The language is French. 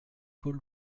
paul